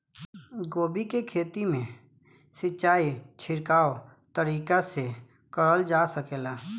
गोभी के खेती में सिचाई छिड़काव तरीका से क़रल जा सकेला?